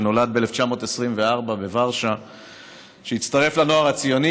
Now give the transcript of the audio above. שנולד ב-1924 בוורשה והצטרף לנוער הציוני